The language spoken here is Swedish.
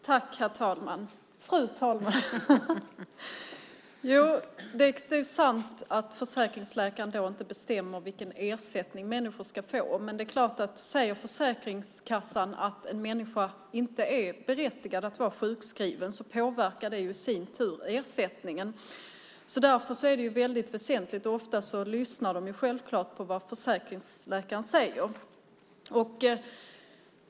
Fru talman! Det är sant att försäkringsläkaren inte bestämmer vilken ersättning människor ska få, men det är klart att säger Försäkringskassan att en människa inte är berättigad att vara sjukskriven påverkar det i sin tur ersättningen. Därför är det väldigt väsentligt, och ofta lyssnar de självklart på vad försäkringsläkaren säger.